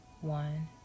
one